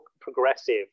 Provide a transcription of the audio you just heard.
progressive